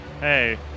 hey